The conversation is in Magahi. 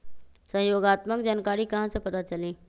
सहयोगात्मक जानकारी कहा से पता चली?